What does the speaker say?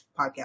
podcast